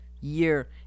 year